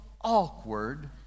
awkward